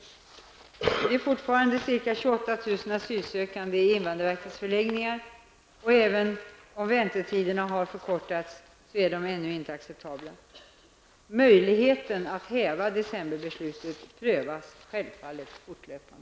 Men det finns fortfarande ca 28 000 asylsökande i invandrarverkets förläggningar, och även om väntetiderna har förkortats är de ännu inte acceptabla. Möjligheten att häva ''decemberbeslutet'' prövas självfallet fortlöpande.